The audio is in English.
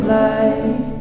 life